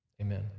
amen